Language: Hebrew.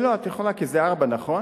את יכולה, כי זה ארבע, נכון?